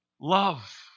love